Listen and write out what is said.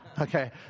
okay